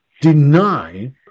deny